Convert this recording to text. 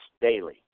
daily